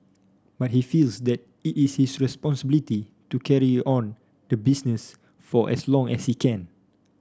but he feels that it is his responsibility to carry on the business for as long as he can